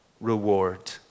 reward